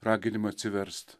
raginimą atsiverst